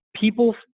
people